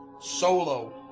Solo